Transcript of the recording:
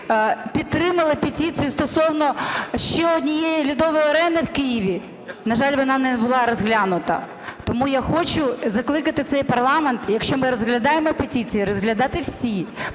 підтримали петицію стосовно ще однієї льодової арени в Києві. На жаль, вона не була розглянута. Тому я хочу закликати цей парламент, якщо ми розглядаємо петиції, розглядати всі,